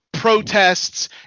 protests